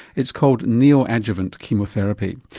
it's called neoadjuvant chemotherapy.